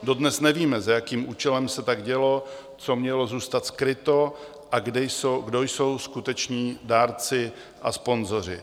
Dodnes nevíme, za jakým účelem se tak dělo, co mělo zůstat skryto a kdo jsou skuteční dárci a sponzoři.